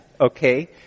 Okay